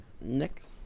Next